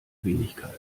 wenigkeit